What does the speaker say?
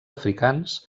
africans